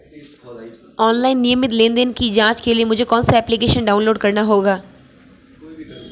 Online नियमित लेनदेन की जांच के लिए मुझे कौनसा एप्लिकेशन डाउनलोड करना होगा?